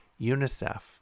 UNICEF